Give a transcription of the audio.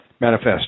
Manifest